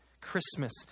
Christmas